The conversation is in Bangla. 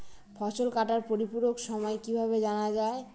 ফসল কাটার পরিপূরক সময় কিভাবে জানা যায়?